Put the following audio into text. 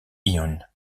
hyun